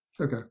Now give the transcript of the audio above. Okay